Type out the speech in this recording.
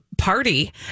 Party